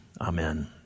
amen